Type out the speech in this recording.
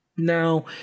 Now